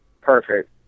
perfect